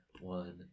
one